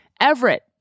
Everett